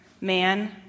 man